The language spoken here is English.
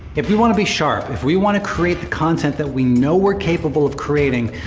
if you wanna be sharp, if we wanna create the content that we know we're capable of creating,